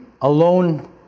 alone